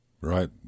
Right